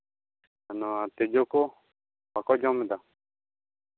ᱱᱚᱣᱟ ᱛᱤᱡᱩ ᱠᱚ ᱵᱟᱠᱚ ᱡᱚᱢᱫᱟ